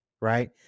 right